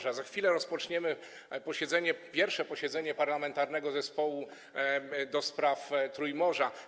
Za chwilę rozpoczniemy pierwsze posiedzenie Parlamentarnego Zespołu ds. Trójmorza.